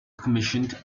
commissioned